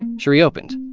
she reopened,